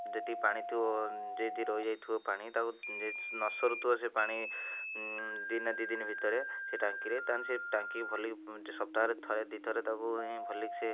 ଯେତିକି ପାଣି ଥିବ ଯଦି ରହିଯାଇଥିବ ପାଣି ତାକୁ ଯଦି ନସରୁ ଥିବ ସେ ପାଣି ଦିନେ ଦୁଇ ଦିନି ଭିତରେ ସେଇ ଟାଙ୍କିରେ ତାହେଲେ ସେ ଟାଙ୍କିକି ଭଲକି ସପ୍ତାହରେ ଥରେ ଦୁଇଥର ତାକୁ ଭଲକି ସେ